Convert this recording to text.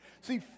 See